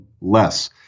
less